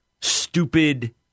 stupid